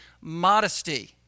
modesty